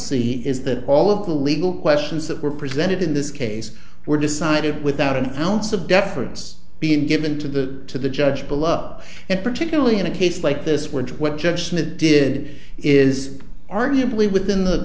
see is that all of the legal questions that were presented in this case were decided without an ounce of deference being given to the to the judge below and particularly in a case like this which what judge the did is arguably within the